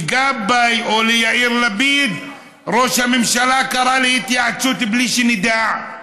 גבאי או ליאיר לפיד ראש הממשלה קרא להתייעצות בלי שנדע?